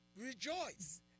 Rejoice